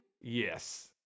Yes